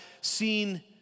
seen